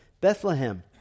Bethlehem